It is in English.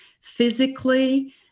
physically